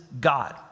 God